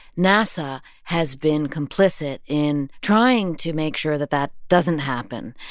nasa has been complicit in trying to make sure that that doesn't happen,